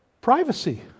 privacy